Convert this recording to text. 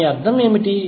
దాని అర్థం ఏమిటి